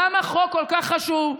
למה חוק כל כך חשוב,